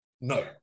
No